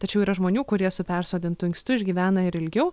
tačiau yra žmonių kurie su persodintu inkstu išgyvena ir ilgiau